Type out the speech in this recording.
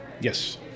Yes